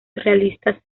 realistas